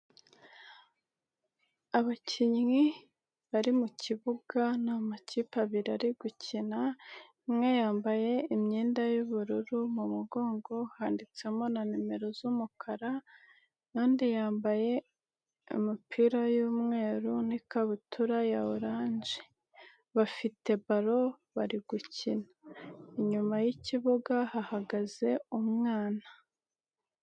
Abakinnyi bari mu kibuga ni amakipe abiri ari gukina umwe yambaye imyenda y'ubururu mu mugongo handitsemo na nimero z'umukara, impande yambaye imipira y'umweru n'ikabutura ya oranje, bafite balo bari gukina inyuma y'ikibuga hahagaze umwana.